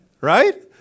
Right